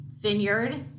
vineyard